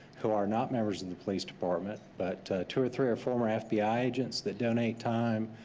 who are not members of the police department, but two or three are former fbi agents that donate time.